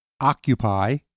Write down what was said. occupy